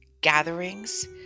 gatherings